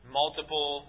multiple